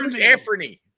Anthony